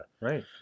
Right